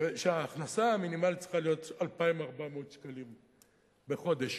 שההכנסה המינימלית שלה צריכה להיות 2,400 שקלים בחודש.